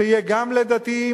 שיהיה גם לדתיים,